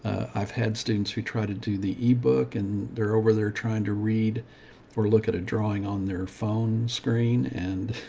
i've had students who try to do the e-book and they're over there trying to read or look at a drawing on their phone screen and